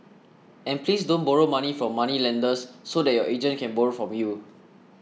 and please don't borrow money from moneylenders so that your agent can borrow from you